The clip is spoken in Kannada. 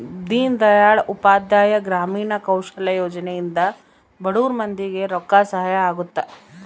ದೀನ್ ದಯಾಳ್ ಉಪಾಧ್ಯಾಯ ಗ್ರಾಮೀಣ ಕೌಶಲ್ಯ ಯೋಜನೆ ಇಂದ ಬಡುರ್ ಮಂದಿ ಗೆ ರೊಕ್ಕ ಸಹಾಯ ಅಗುತ್ತ